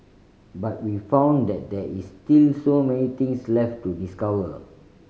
but we found that there is still so many things left to discover